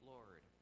Lord